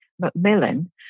Macmillan